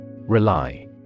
Rely